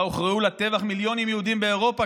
בה הוכרעו לטבח מיליוני יהודים באירופה",